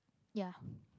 ya